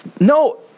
no